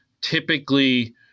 typically